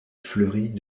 fleurit